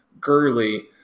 Gurley